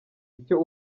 icyo